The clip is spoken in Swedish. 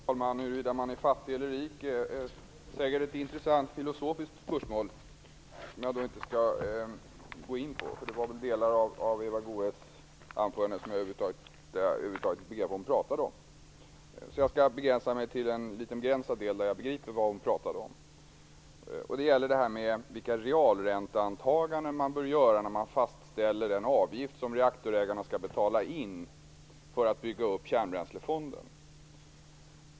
Fru talman! Huruvida man är fattig eller rik är ett intressant filosofiskt spörsmål, som jag inte skall gå in på. När det gäller vissa delar av Eva Goës anförande vet jag över huvud taget inte vad hon talade om. Jag skall begränsa mig till den lilla del som jag begrep, och det gäller de realränteantaganden som man bör göra när man fastställer den avgift som reaktorägarna skall betala in för att bygga upp Kärnavfallsfonden.